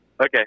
okay